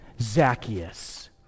Zacchaeus